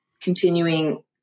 continuing